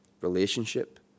Relationship